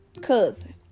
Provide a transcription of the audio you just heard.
cousin